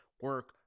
Work